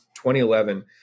2011